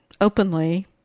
openly